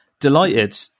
delighted